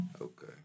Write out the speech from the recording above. Okay